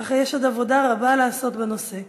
אך יש עוד עבודה רבה לעשות בנושא.